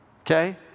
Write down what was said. Okay